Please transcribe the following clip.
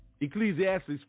Ecclesiastes